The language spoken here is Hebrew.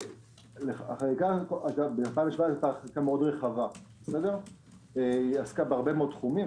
החקיקה היתה מאוד רובה - היא עסקה בהרבה מאוד תחומים,